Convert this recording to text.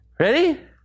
Ready